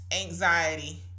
anxiety